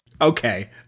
Okay